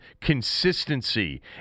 consistency